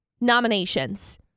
nominations